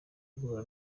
guhura